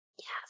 Yes